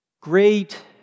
great